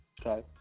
Okay